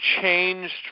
changed